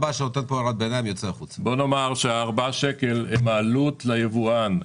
ארבעה שקלים הם העלות ליבואן.